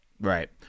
Right